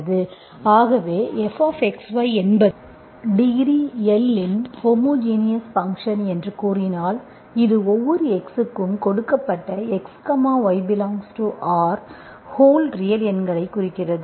ஆகவே fxy என்பது degree L இன் ஹோமோஜினஸ் ஃபங்சன் என்று கூறினால் இது ஒவ்வொரு x க்கும் கொடுக்கப்பட்ட xy∈R ஹோல் ரியல் எண்களைக் குறிக்கிறது